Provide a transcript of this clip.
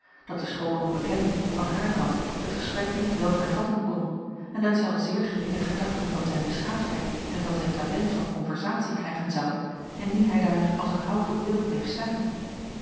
dat de schoone onbekende van haar kant het gesprek niet wel hervatten kon en dat zij al zeer geringe gedachten van zijn beschaafdheid en van zijn talent van konversatie krijgen zou indien hij daar als een houten beeld bleef staan